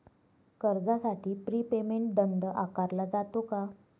कर्जासाठी prepayment दंड आकारला जातो का?